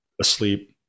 asleep